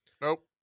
Nope